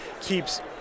keeps